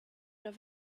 der